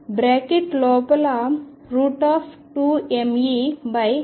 bracket లోపల 2mE2 ఉంది